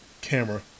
camera